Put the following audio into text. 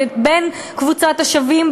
בין קבוצת השווים,